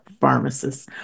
Pharmacists